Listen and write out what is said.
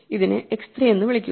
ഇതിനെ x 3 എന്ന് വിളിക്കുക